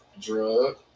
drug